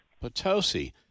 Potosi